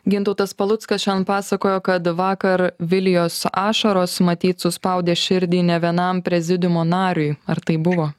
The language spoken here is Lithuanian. gintautas paluckas šiandien pasakojo kad vakar vilijos ašaros matyt suspaudė širdį nė vienam prezidiumo nariui ar taip buvo